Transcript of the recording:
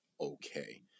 okay